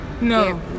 No